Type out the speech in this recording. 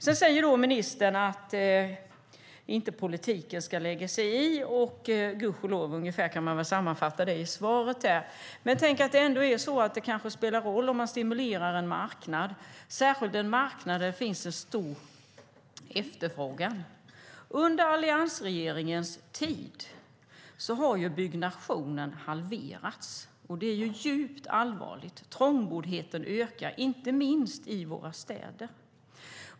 Ministern säger att politiken inte ska lägga sig i, gudskelov. Så kan man väl sammanfatta svaret. Men det kanske spelar roll om man stimulerar en marknad, särskilt en marknad där det finns en stor efterfrågan. Under alliansregeringens tid har byggandet halverats, vilket är djupt allvarligt. Trångboddheten ökar, inte minst i våra städer.